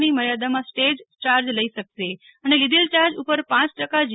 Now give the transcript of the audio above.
ની મર્યાદામાં stage charge લઇ શકશે અને લીધેલ યાર્જ ઉપર પ ટકા જી